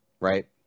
Right